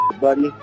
buddy